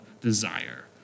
desire